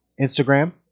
Instagram